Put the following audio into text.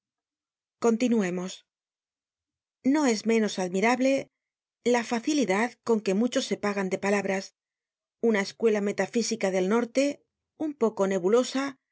continuemos no es menos admirable la facilidad con que muchos se pagan de palabras una escuela metafísica del norte un poco nebulosa